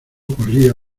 corría